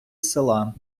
села